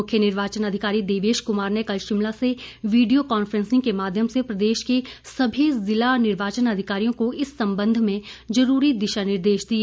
मुख्य निर्वाचन अधिकारी देवेश कुमार ने कल शिमला से वीडियो कांफ्रेसिंग के माध्यम से प्रदेश के सभी ज़िला निर्वाचन अधिकारियों को इस संबंध में जरूरी दिशा निर्देश दिए